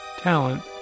talent